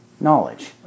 knowledge